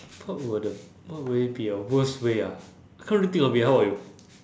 what will the what will it be ah worst way ah can't really think of it how about you